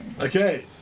Okay